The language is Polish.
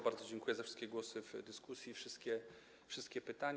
Bardzo dziękuję za wszystkie głosy w dyskusji i wszystkie pytania.